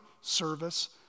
service